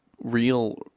real